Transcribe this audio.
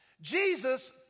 Jesus